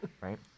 right